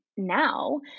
now